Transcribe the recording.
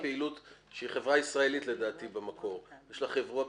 שהיא חברה ישראלית במקור ויש לה פעילות